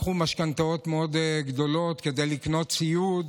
לקחו משכנתאות מאוד גדולות כדי לקנות ציוד,